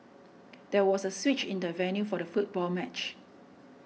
there was a switch in the venue for the football match